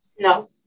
No